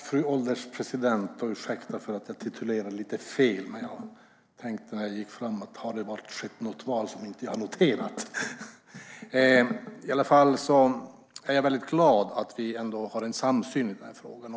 Fru ålderspresident! Jag är väldigt glad över att vi ändå har en samsyn i den här frågan.